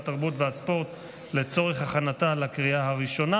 התרבות והספורט לצורך הכנתה לקריאה הראשונה.